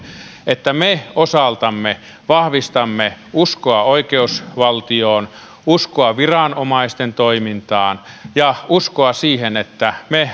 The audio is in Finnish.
että me osaltamme vahvistamme uskoa oikeusvaltioon uskoa viranomaisten toimintaan ja uskoa siihen että me